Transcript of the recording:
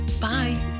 bye